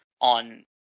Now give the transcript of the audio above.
on